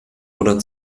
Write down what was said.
oder